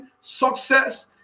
success